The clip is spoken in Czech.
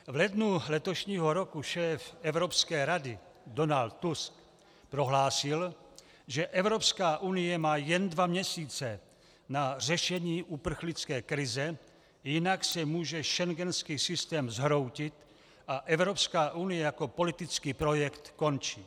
V lednu letošního roku šéf Evropské rady Donald Tusk prohlásil, že Evropská unie má jen dva měsíce na řešení uprchlické krize, jinak se může schengenský systém zhroutit a Evropská unie jako politický projekt skončit.